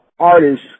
artists